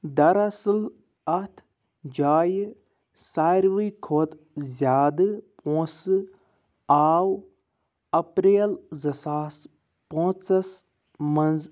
در اصٕل اَتھ جایہِ ساروٕے کھۄتہٕ زیادٕ پونٛسہٕ آو اپریل زٕ ساس پانٛژھَس منٛز